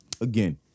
again